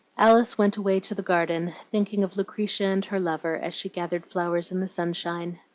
alice went away to the garden, thinking of lucretia and her lover, as she gathered flowers in the sunshine.